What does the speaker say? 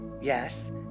Yes